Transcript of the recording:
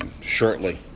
shortly